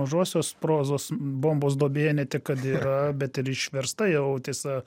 mažosios prozos bombos duobėje ne tik kad yra bet ir išversta jau tiesa